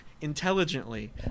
intelligently